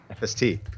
FST